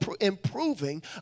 improving